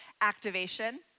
activation